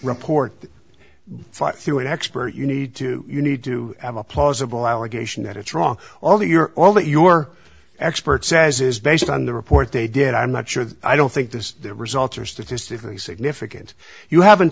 report five through an expert you need to you need to have a plausible allegation that it's wrong all the year all that your expert says is based on the report they did i'm not sure that i don't think this the results are statistically significant you haven't